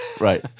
Right